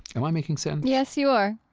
am i making sense? yes, you are.